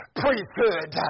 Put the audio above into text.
priesthood